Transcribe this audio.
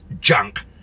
junk